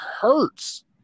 hurts